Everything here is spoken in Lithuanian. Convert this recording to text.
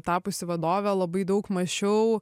tapusi vadove labai daug mąsčiau